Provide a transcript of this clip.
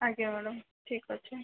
ଆଜ୍ଞା ମ୍ୟାଡ଼ାମ ଠିକ୍ ଅଛି